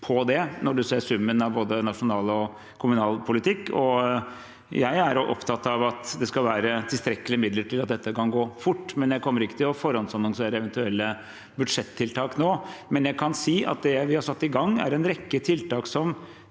på det når man ser summen av både nasjonal og kommunal politikk, og jeg er opptatt av at det skal være tilstrekkelige midler til at dette kan gå fort. Jeg kommer ikke til å forhåndsannonsere eventuelle budsjettiltak nå, men jeg kan si at det vi har satt i gang, er en rekke tiltak som